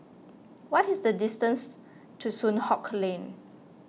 what is the distance to Soon Hock Lane